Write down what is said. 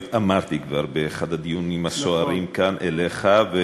אמרתי כבר באחד הדיונים הסוערים כאן אליך.